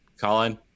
colin